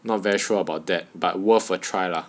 not very sure about that but worth a try lah